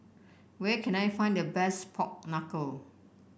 where can I find the best Pork Knuckle